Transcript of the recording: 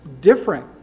different